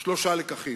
שלושה לקחים.